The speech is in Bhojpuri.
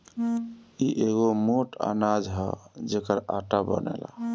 इ एगो मोट अनाज हअ जेकर आटा बनेला